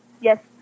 Yes